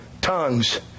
Tongues